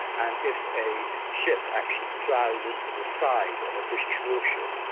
and if a ship actually ploughs into the side of a british warship,